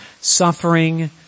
suffering